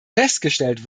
festgestellt